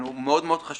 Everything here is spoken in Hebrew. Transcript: מאוד חשוב,